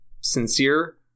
sincere